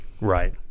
Right